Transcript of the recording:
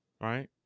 Right